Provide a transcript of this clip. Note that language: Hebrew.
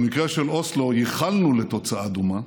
במקרה של אוסלו ייחלנו לתוצאה דומה,